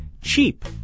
Cheap